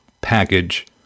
package